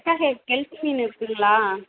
அக்கா கெ கெளுத்தி மீன் இருக்குதுங்களா